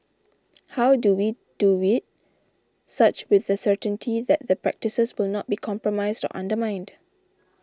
how do we do it such with the certainty that the practices will not be compromised undermined